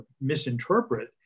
misinterpret